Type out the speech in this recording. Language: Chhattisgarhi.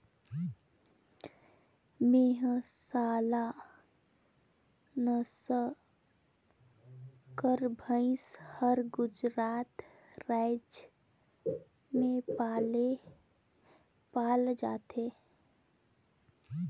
मेहसाला नसल कर भंइस हर गुजरात राएज में पाल जाथे